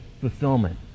fulfillment